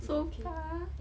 so far